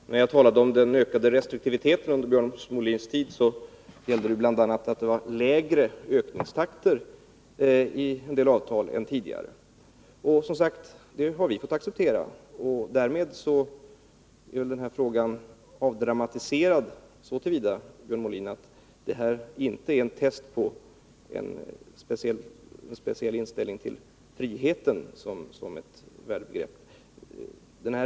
Herr talman! När jag talade om den ökade restriktiviteten under Björn Molins tid, så gällde det bl.a. att det var lägre ökningstakter i en del avtal än tidigare. Det har vi som sagt fått acceptera. Därmed är väl den här frågan avdramatiserad så till vida, Björn Molin, att detta inte är ett test på en speciell inställning till friheten som ett värdebegrepp.